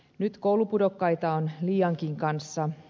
nyt koulupudokkaita on liiankin kanssa